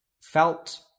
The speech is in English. felt